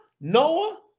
Noah